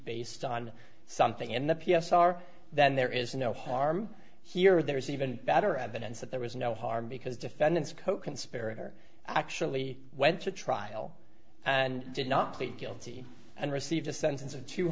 based on something in the p s r then there is no harm here there is even better evidence that there was no harm because defendant's coconspirator actually went to trial and did not plead guilty and received a sentence of two